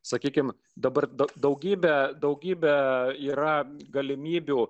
sakykime dabar daugybę daugybę yra galimybių